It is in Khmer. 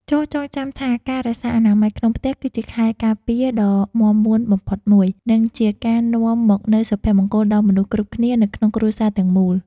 ចូរចងចាំថាការរក្សាអនាម័យក្នុងផ្ទះ គឺជាខែលការពារដ៏មាំមួនបំផុតមួយ និងជាការនាំមកនូវសុភមង្គលដល់មនុស្សគ្រប់គ្នានៅក្នុងគ្រួសារទាំងមូល។